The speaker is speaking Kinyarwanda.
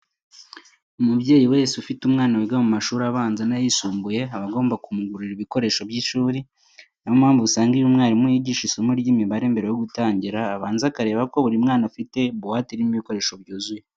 Umubyeyi wese ufite umwana wiga mu mashuri abanza n'ayisumbuye aba agomba kumugurira ibikoresho by'ishuri, ni yo mpamvu usanga iyo umwarimu yigisha isomo ry'imibare mbere yo gutangira, abanza akareba ko buri mwana afite buwate irimo ibikoresho byuzuye.